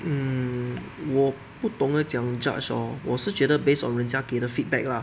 mm 我不懂得怎么样 judge lor 我是觉得 based on 人家给的 feedback lah